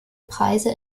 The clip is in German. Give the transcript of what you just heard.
preise